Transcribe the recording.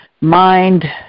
mind